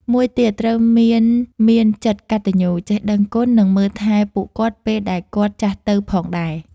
មួយទៀតត្រូវមានមានចិត្តកត្តញ្ញូចេះដឹងគុណនិងមើលថែពួកគាត់ពេលដែលគាត់ចាស់ទៅផងដែរ។